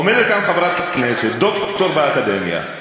עומדת כאן חברת כנסת, דוקטור באקדמיה,